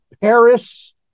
Paris